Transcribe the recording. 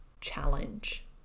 challenge